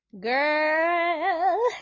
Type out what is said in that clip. girl